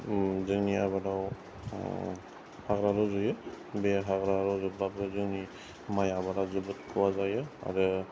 जोंनि आबादाव हाग्रा रज'यो बे हाग्रा रजबाबो जोंनि माइ आबादा जोबोद खहा जायो आरो